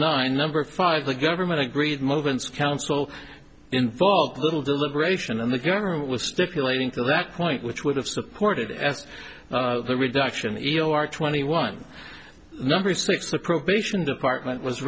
nine number five the government agreed movements counsel involved a little deliberation and the government was stipulating to that point which would have supported as the reduction ito our twenty one number six the probation department was